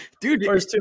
Dude